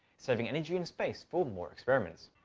saving energy and space for more experiments.